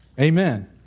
Amen